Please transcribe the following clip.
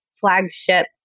flagship